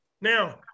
Now